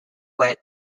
wet